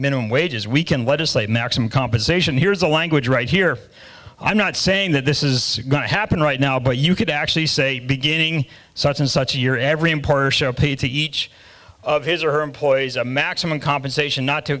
minimum wages we can legislate maximum compensation here's the language right here i'm not saying that this is going to happen right now but you could actually say beginning such and such a year every impartial pay to each of his or her employees a maximum compensation not to